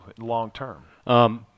long-term